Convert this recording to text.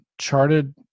Charted